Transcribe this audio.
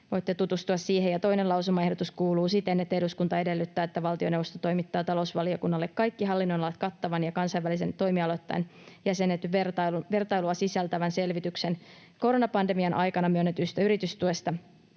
Voitte tutustua siihen. Ja toinen lausumaehdotus kuuluu siten, että eduskunta edellyttää, että valtioneuvosto toimittaa talousvaliokunnalle kaikki hallinnonalat kattavan ja kansainvälisen toimialoittain jäsennettyä vertailua sisältävän selvityksen koronapandemian aikana myönnetyistä yritystuista